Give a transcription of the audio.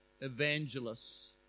evangelists